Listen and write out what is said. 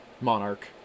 monarch